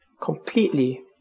completely